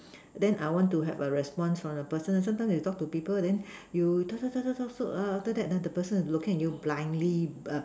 then I want to have a response from the person then sometime you talk to people then you talk talk talk talk and after that the person is looking at you blindly err